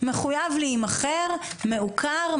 מחויב להימכר מעוקר,